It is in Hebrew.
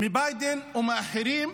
משל ביידן או מאחרים,